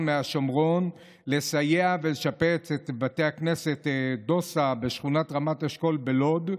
מהשומרון לסייע ולשפץ את בית הכנסת דוסא בשכונת רמת אשכול בלוד,